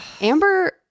Amber